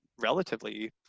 relatively